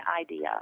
idea